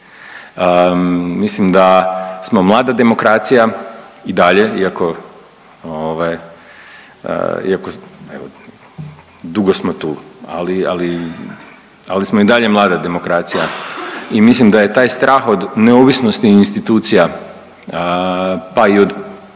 Mislim da smo mlada demokracija i dalje iako ovaj, iako evo dugo smo tu, ali, ali, ali smo i dalje mlada demokracija i mislim da je taj strah od neovisnosti institucija pa i od